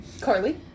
Carly